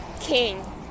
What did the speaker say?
King